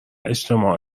اجتماع